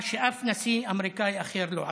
מה שאף נשיא אמריקני אחר לא עשה,